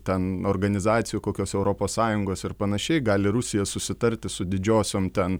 ten organizacijų kokios europos sąjungos ir panašiai gali rusija susitarti su didžiosiom ten